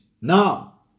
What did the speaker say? now